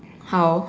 how